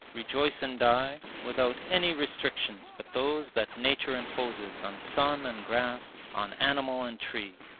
rejoice and die, without any restrictions but those that nature imposes on sun and grass, on animal and tree.